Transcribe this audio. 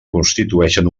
constitueixen